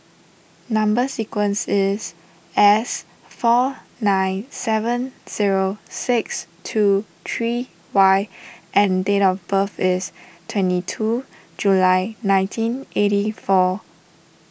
Number Sequence is S four nine seven zero six two three Y and date of birth is twenty two July nineteen eighty four